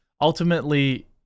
Ultimately